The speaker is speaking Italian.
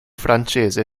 francese